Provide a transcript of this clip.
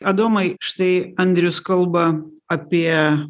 adomai štai andrius kalba apie